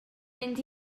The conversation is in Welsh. mynd